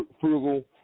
frugal